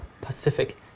Pacific